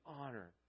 honor